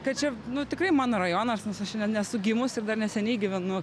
kad čia nu tikrai mano rajonas nes aš esu gimusi ir dar neseniai gyvenu